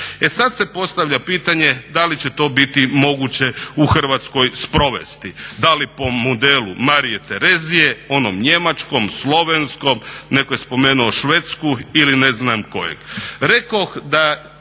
E sada se postavlja pitanje da li će to biti moguće u Hrvatskoj sprovesti. Da li po modelu Marije Terezije, onom njemačkom, slovenskom, netko je spomenu Švedsku ili ne znam kojeg.